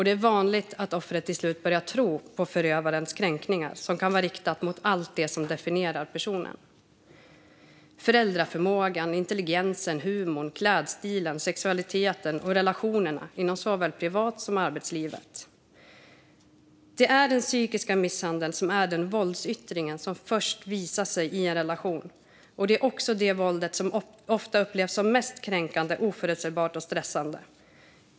Det är vanligt att offret till slut börjar tro på förövarens kränkningar. Dessa kan vara riktade mot allt det som definierar personen: föräldraförmågan, intelligensen, humorn, klädstilen, sexualiteten och relationerna inom såväl privat som arbetslivet. Den psykiska misshandeln i en relation är den våldsyttring som först visar sig. Det är också ofta det våldet som upplevs som mest kränkande, oförutsägbart och stressande.